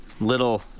little